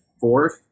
fourth